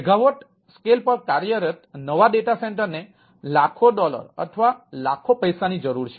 megawatt scale પર કાર્યરત નવા ડેટા સેન્ટર ને લાખો ડોલર અથવા લાખો પૈસાની જરૂર છે